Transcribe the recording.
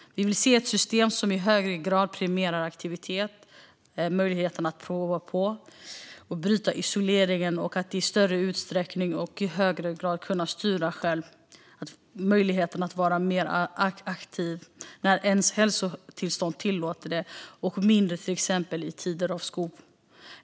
Vi vill se ett system som i högre grad premierar aktivitet, att prova på, att bryta isolering och att i större utsträckning och i högre grad styra själv för att kunna vara mer aktiv när ens hälsotillstånd tillåter det och mindre aktiv till exempel i tider av skov.